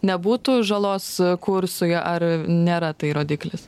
nebūtų žalos kursui ar nėra tai rodiklis